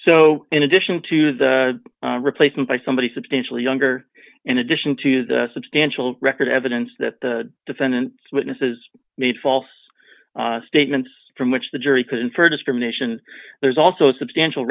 so in addition to the replacement by somebody substantially younger in addition to the substantial record evidence that the defendant witnesses made false statements from which the jury could infer discrimination there's also a substantial